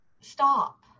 stop